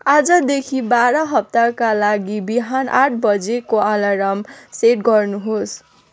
आजदेखि बाह्र हप्ताका लागि बिहान आठ बजेको अलार्म सेट गर्नुहोस्